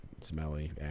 smelly